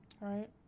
Right